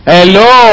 Hello